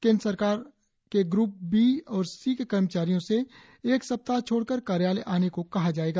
केंद्र सरकार के ग्र्ब बी और सी के कर्मचारियों से एक सप्ताह छोड़कर कार्यालय आने को कहा जाएगा